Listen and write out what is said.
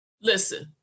Listen